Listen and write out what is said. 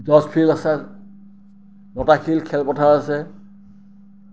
George field আছে লতাশিল খেলপথাৰ আছে